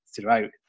throughout